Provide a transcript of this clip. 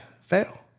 fail